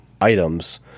items